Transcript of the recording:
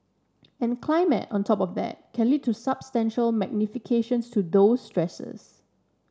and climate on top of that can lead to substantial magnifications to those stresses